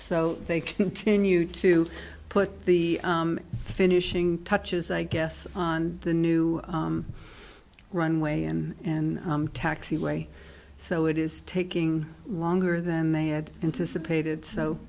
so they continue to put the finishing touches i guess on the new runway and taxiway so it is taking longer than they had anticipated so